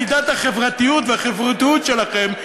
מידת החברתיות והחברותיות שלכם,